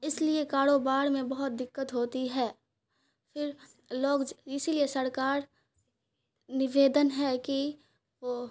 اس لیے کاروبار میں بہت دقت ہوتی ہے پھر لوگ اسی لیے سرکار نویدن ہے کہ وہ